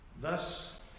thus